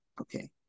okay